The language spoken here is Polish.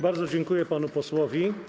Bardzo dziękuję panu posłowi.